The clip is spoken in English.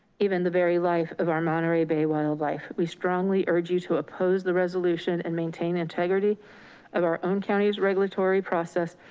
even the very life of our monterey bay wildlife. we strongly urge you to oppose the resolution and maintain integrity of our own county's regulatory process,